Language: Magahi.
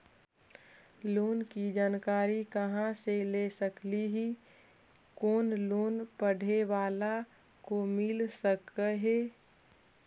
लोन की जानकारी कहा से ले सकली ही, कोन लोन पढ़े बाला को मिल सके ही?